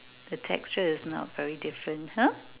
the texture is not very different !huh!